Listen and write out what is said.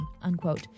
unquote